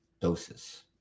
doses